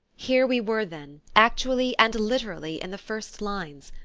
here we were, then, actually and literally in the first lines!